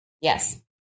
Yes